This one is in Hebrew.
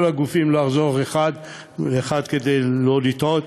כל הגופים, ולא אחזור אחד-אחד כדי לא לטעות,